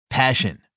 Passion